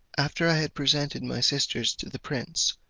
after i had presented my sisters to the prince,